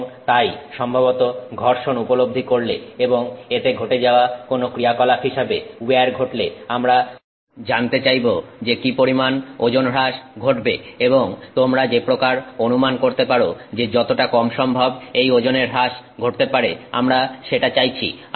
এবং তাই সম্ভবত ঘর্ষণ উপলব্ধি করলে এবং এতে ঘটে যাওয়া কোনো ক্রিয়াকলাপ হিসাবে উইয়ার ঘটলে আমরা জানতে চাইবো যে কি পরিমান ওজন হ্রাস ঘটবে এবং তোমরা যে প্রকার অনুমান করতে পারো যে যতটা কম সম্ভব এই ওজনের হ্রাস ঘটতে পারে আমরা সেটা চাইছি